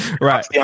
Right